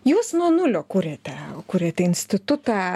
jūs nuo nulio kuriate kuri institutą